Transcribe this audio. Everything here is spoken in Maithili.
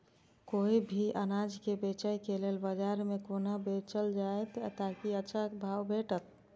कोय भी अनाज के बेचै के लेल बाजार में कोना बेचल जाएत ताकि अच्छा भाव भेटत?